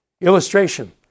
Illustration